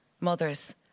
mothers